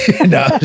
No